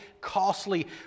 costly